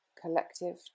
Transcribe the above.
collective